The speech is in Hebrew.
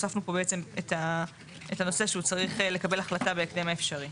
הוספנו פה שהוא צריך לקבל החלטה בהקדם האפשרי.